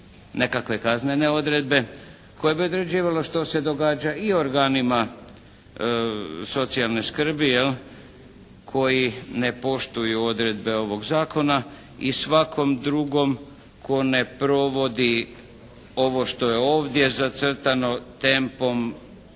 nekakve kaznene odredbe koje bi određivale što se događa i organima socijalne skrbi jel', koji ne poštuju odredbe ovog zakona i svakom drugom tko ne provodi ovo što je ovdje zacrtano, tempom